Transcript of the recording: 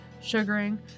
sugaring